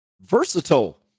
Versatile